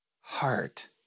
heart